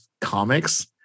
comics